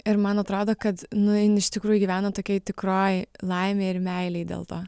ir man atrodo kad nu jin iš tikrųjų gyvena tokioj tikroj laimėj ir meilėj dėl to